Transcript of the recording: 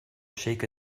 shake